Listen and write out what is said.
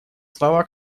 слова